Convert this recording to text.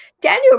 daniel